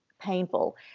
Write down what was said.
Painful